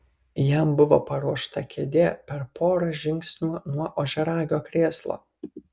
jam buvo paruošta kėdė per porą žingsnių nuo ožiaragio krėslo